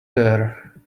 there